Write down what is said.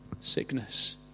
sickness